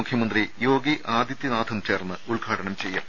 മുഖ്യമന്ത്രി യോഗി ആദിത്യനാഥും ചേർന്ന് ഉദ്ഘാടനം ചെയ്യും